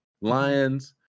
Lions